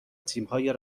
تیمهای